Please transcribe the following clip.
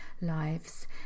lives